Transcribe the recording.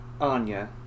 Anya